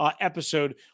episode